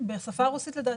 בשפה הרוסית.